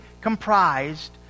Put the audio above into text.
comprised